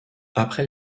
après